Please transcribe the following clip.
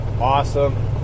awesome